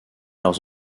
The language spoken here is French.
leur